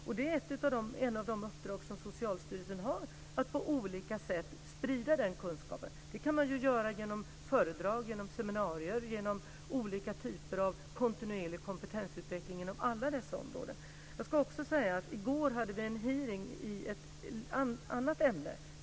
Och ett av de uppdrag som Socialstyrelsen har är att på olika sätt sprida den kunskapen. Det kan man göra genom föredrag, seminarier och olika typer av kontinuerlig kompetensutveckling inom alla dessa områden. I går hade vi en hearing i ett annat ämne.